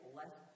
less